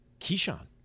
Keyshawn